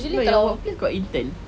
wait your workplace got intern